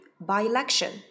by-election